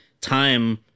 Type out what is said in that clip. time